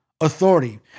authority